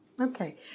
Okay